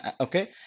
okay